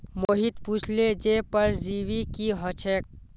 मोहित पुछले जे परजीवी की ह छेक